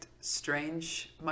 strange